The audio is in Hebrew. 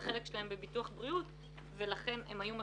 החלק שלהם בביטוח בריאות ולכן הם היו מכוסים,